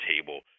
table